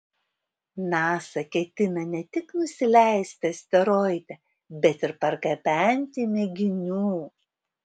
nasa ketina ne tik nusileisti asteroide bet ir pargabenti mėginių